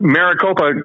Maricopa